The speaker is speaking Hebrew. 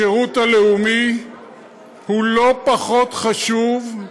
השירות הלאומי הוא לא פחות חשוב,